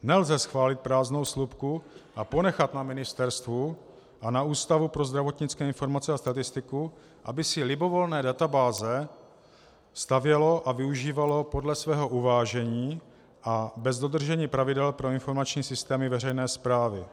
Nelze schválit prázdnou slupku a ponechat na ministerstvu a na Ústavu pro zdravotnické informace a statistiku, aby si libovolné databáze stavěly a využívaly podle svého uvážení a bez dodržení pravidel pro informační systémy veřejné správy.